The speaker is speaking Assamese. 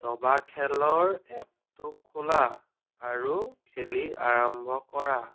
দবাখেলৰ এপটো খোলা আৰু খেলি আৰম্ভ কৰা